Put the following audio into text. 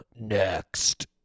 next